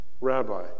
Rabbi